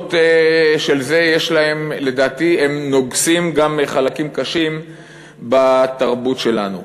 והמשמעויות של זה לדעתי נוגסות גם חלקים קשים בתרבות שלנו.